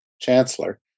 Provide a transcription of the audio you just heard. chancellor